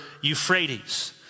Euphrates